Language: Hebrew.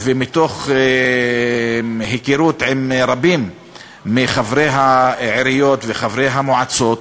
ומתוך היכרות עם רבים מחברי העיריות וחברי המועצות,